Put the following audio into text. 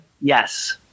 yes